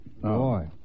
boy